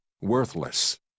worthless